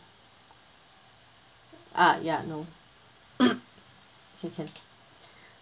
ah ya no okay can